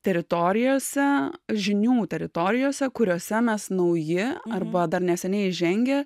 teritorijose žinių teritorijose kuriose mes nauji arba dar neseniai įžengę